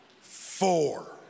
Four